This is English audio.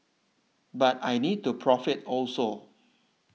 but I need to profit also